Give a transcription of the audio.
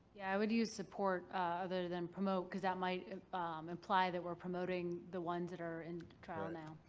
yeah, i would use support other than promote, because that might imply that we're promoting the ones that are in trial now.